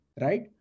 Right